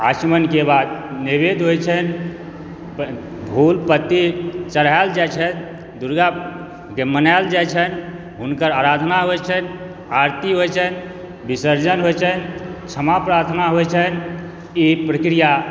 आचमन के बाद नैवैद्य होइ छनि फेर फूल पत्ती चढ़ायल जाइ छथि दुर्गा जे मनायल जाइ छनि हुनकर आराधना होइ छनि आरती होइ छनि विसर्जन होइ छनि क्षमा प्रार्थना होइ छनि ई प्रक्रिया